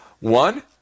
one